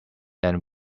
then